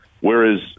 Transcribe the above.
Whereas